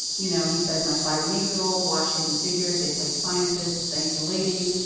you know, he says my five and eight-year-old watch hidden figures. they played scientists, thank you, ladies.